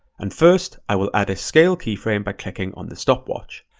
and first, i will add a scale keyframe by clicking on the stopwatch.